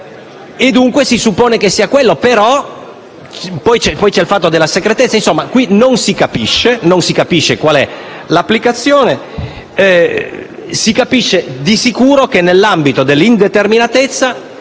dunque si suppone che sia quello, però poi c'è il fatto della segretezza. Insomma, qui non si capisce qual è l'applicazione, ma si capisce di sicuro che, nell'ambito dell'indeterminatezza,